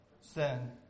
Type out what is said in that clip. sin